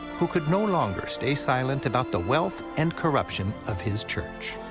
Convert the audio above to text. who could no longer stay silent about the wealth and corruption of his church.